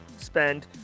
spend